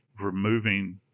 removing